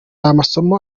amasomo